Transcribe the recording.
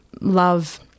love